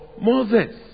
Moses